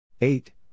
Eight